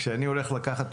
שציינה גברת לומר.